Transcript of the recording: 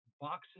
Boxes